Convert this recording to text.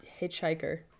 hitchhiker